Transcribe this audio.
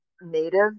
Native